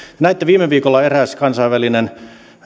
näitte viime viikolla kun eräs kansainvälinen